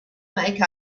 make